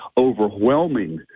overwhelming